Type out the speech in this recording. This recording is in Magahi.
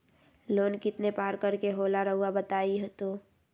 लोन कितने पारकर के होला रऊआ बताई तो?